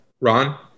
Ron